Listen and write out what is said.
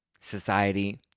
society